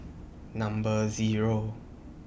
Number Zero